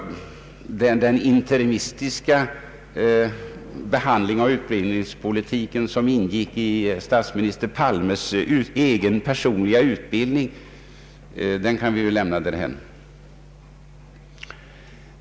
Den interimistiska behandling av utbildningspolitiken som ingick 1 statsminister Palmes egen personliga utbildning kan vi ju lämna därhän.